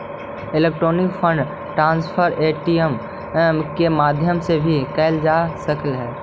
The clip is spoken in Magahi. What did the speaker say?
इलेक्ट्रॉनिक फंड ट्रांसफर ए.टी.एम के माध्यम से भी कैल जा सकऽ हइ